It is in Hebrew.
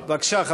בבקשה,